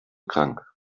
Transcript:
krank